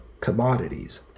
commodities